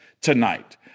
tonight